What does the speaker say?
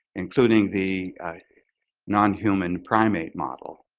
including the nonhuman primate model,